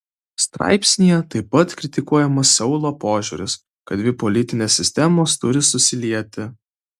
straipsnyje taip pat kritikuojamas seulo požiūris kad dvi politinės sistemos turi susilieti